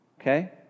okay